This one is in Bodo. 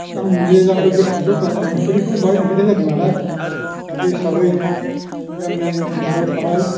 आंनि बे दाबो गोसोखांथावथाव आंनि नुफेरैखौ बेवहाय नुहैनाय जादों नालाय दा बे हिसाबै बे आंनि गोसोआव थाबाय